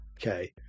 Okay